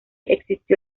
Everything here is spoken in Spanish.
existió